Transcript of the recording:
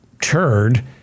turd